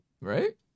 right